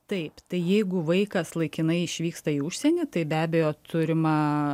taip tai jeigu vaikas laikinai išvyksta į užsienį tai be abejo turima